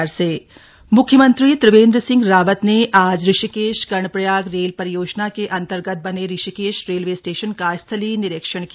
CM निरीक्षण म्ख्यमंत्री त्रिवेन्द्र सिंह रावत ने आज ऋषिकेश कर्णप्रयाग रेल परियोजना के अन्तर्गत बने ऋषिकेश रेलवे स्टेशन का स्थलीय निरीक्षण किया